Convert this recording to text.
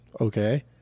okay